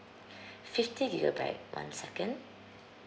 fifty gigabyte one second